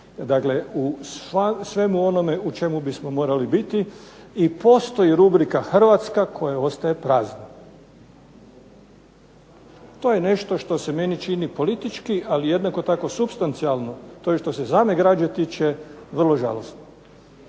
u svemu onome u čemu bi trebali biti i postoji rubrika Hrvatska koja ostaje prazna. To je nešto što se meni čini politički, ali jednako tako supstencijalno to je što se same građe tiče, vrlo žalosno.